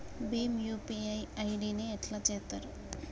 Bhim UPI ID ని ఎట్లా చేత్తరు?